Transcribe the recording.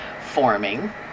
forming